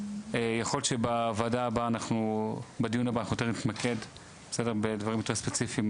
יכול היות שבדיון הבא אנחנו נתמקד בדברים יותר ספציפיים,